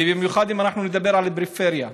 ובמיוחד בפריפריה.